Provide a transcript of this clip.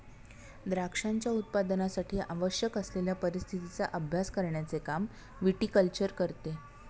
द्राक्षांच्या उत्पादनासाठी आवश्यक असलेल्या परिस्थितीचा अभ्यास करण्याचे काम विटीकल्चर करते